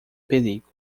perigo